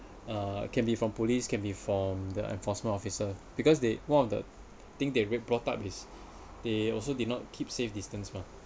uh can be from police can be from the enforcement officer because they one of the thing they brought up is they also did not keep safe distance mah